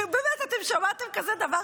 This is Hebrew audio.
באמת, אתם שמעתם כזה דבר?